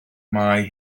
mae